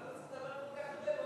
אבל למה צריך לדבר כל כך הרבה?